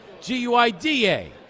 G-U-I-D-A